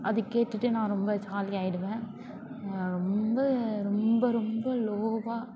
அது கேட்டுட்டு நான் ரொம்ப ஜாலி ஆகிடுவேன் ரொம்ப ரொம்ப ரொம்ப லோவாக